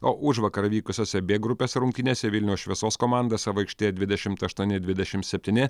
o užvakar vykusiose b grupės rungtynėse vilniaus šviesos komanda savo aikštėje dvidešimt aštuoni dvidešim septyni